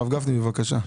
הרב גפני, בבקשה.